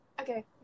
Okay